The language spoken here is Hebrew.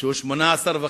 שהוא 18.5%,